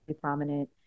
prominent